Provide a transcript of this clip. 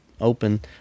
open